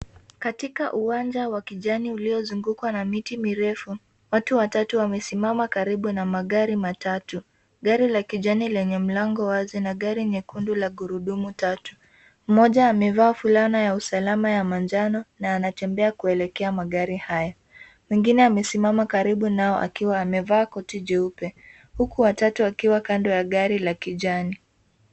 Katika uwanja wa kijani uliozungukwa na miti mirefu watu watatu wamesimama karibu na magari matatu. Gari la kijani lenye mlango wazi na gari nyekundu la gurudumu tatu. Mmoja amevaa fulana ya usalama ya manjano na anatembea kuelekea magari hayo. Mwingine amesimama karibu nao akiwa amevaa koti jeupe huku wa tatu akiwa kando ya gari la kijani.